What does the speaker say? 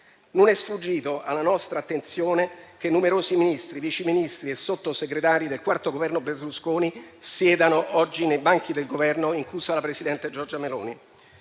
Non è sfuggito alla nostra attenzione che numerosi Ministri, Vice ministri e Sottosegretari del quarto Governo Berlusconi siedano oggi nei banchi del Governo, inclusa la presidente Giorgia Meloni.